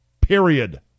period